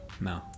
No